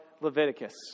Leviticus